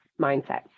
mindset